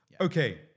Okay